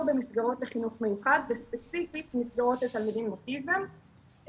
במסגרות לחינוך מיוחד וספציפית מסגרות לתלמידים עם אוטיזם,